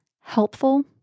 helpful